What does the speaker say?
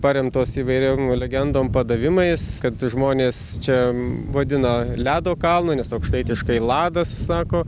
paremtos įvairiom legendom padavimais kad žmonės čia vadino ledo kalną nes aukštaitiškai lada sako